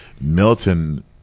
Milton